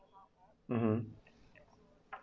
mmhmm